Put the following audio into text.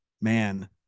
man